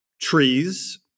trees